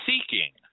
seeking